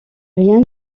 rien